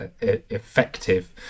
effective